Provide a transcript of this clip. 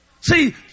See